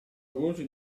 voce